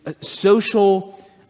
social